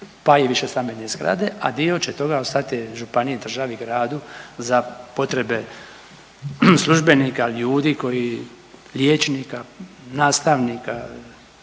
pa i višestambene zgrade, a dio će toga ostati županiji, državi, gradu za potrebe službenika, ljudi koji, liječnika, nastavnika,